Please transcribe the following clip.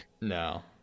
No